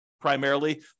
primarily